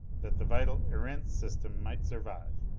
that the vital erentz system might survive.